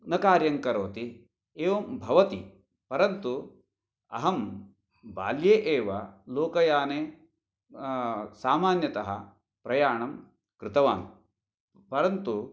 न कार्यं करोति एवं भवति परन्तु अहं बाल्ये एव लोकयाने सामान्यतः प्रयाणं कृतवान् परन्तु